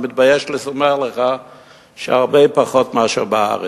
אני מתבייש לספר לך שהרבה פחות מאשר בארץ.